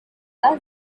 are